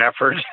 effort